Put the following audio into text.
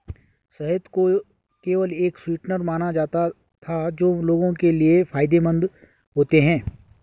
शहद को केवल एक स्वीटनर माना जाता था जो लोगों के लिए फायदेमंद होते हैं